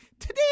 Today